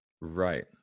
right